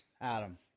Adam